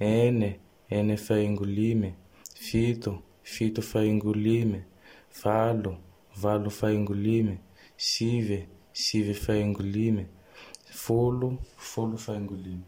Ene, ene faigno lime. Fito, fito faingo lime. Valo, valo faingo lime. Sive, sive faingo lime. Folo, folo faingo lime.